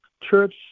church